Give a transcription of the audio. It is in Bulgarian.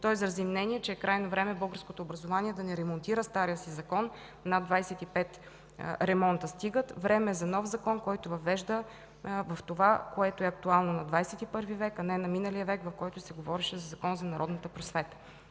Той изрази мнение, че е крайно време българското образование да не ремонтира стария си закон – над 25 ремонта стигат. Време е за нов закон, който въвежда в това, което е актуално на ХХІ век, а не на миналия век, в който се говореше за Закон за народната просвета.